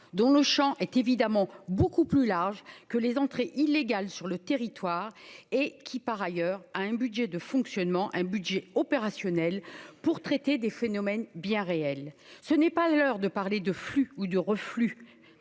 dont le Champ est évidemment beaucoup plus larges que les entrées illégales sur le territoire et qui par ailleurs a un budget de fonctionnement, un budget opérationnel pour traiter des phénomènes bien réels, ce n'est pas l'heure de parler de flux ou de reflux,